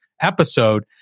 episode